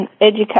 educate